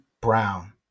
Brown